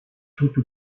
tutto